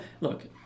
look